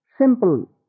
simple